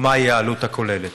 5. מהי העלות הכוללת?